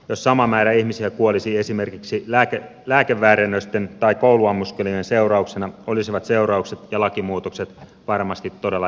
jos sama määrä ihmisiä kuolisi esimerkiksi lääkeväärennösten tai kouluammuskelujen seurauksena olisivat seu raukset ja lakimuutokset varmasti todella järeitä